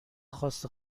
خواست